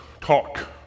talk